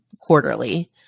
quarterly